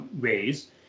ways